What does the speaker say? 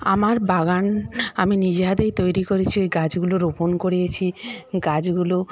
আমার বাগান আমি নিজে হাতেই তৈরি করেছি ওই গাছগুলো রোপণ করিয়েছি গাছগুলো